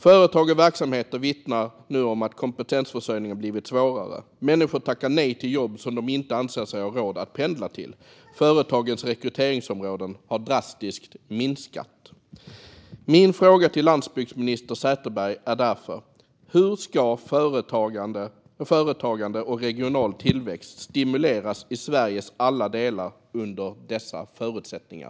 Företag och verksamheter vittnar nu om försämrad kompetensförsörjning eftersom människor tackar nej till jobb de anser sig inte ha råd att pendla till. Företagens rekryteringsområden har drastiskt minskat. Min fråga till landsbygdsminister Sätherberg är därför: Hur ska företagande och regional tillväxt stimuleras i Sveriges alla delar under dessa förutsättningar?